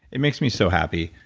it makes me so happy.